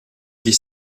dix